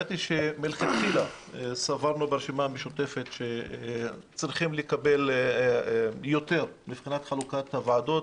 מלכתחילה סברנו ברשימה המשותפת שצריך לקבל יותר מבחינת חלוקת הוועדות.